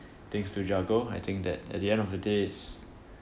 things to juggle I think that at the end of the day it's